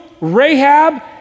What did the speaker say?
Rahab